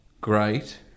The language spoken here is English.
great